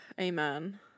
Amen